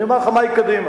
אני אומר לך מהי קדימה.